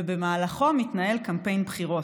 ובמהלכו מתנהל קמפיין בחירות,